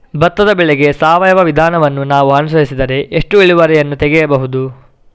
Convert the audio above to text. ಭತ್ತದ ಬೆಳೆಗೆ ಸಾವಯವ ವಿಧಾನವನ್ನು ನಾವು ಅನುಸರಿಸಿದರೆ ಎಷ್ಟು ಇಳುವರಿಯನ್ನು ತೆಗೆಯಬಹುದು?